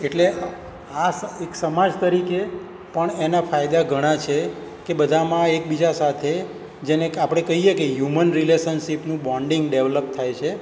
એટલે આ એક સમાજ તરીકે પણ એના ફાયદા ઘણા છે કે બધામાં એકબીજા સાથે જેને કે આપણે કઈએ કે હ્યુમન રિલેસનશિપનું બોંડિંગ ડેવલપ થાય છે